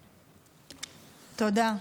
תודה.